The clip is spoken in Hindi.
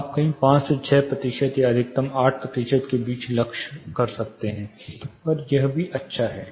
आप कहीं 5 से 6 प्रतिशत या अधिकतम 8 प्रतिशत के बीच लक्ष्य कर सकते हैं यह अभी भी अच्छा है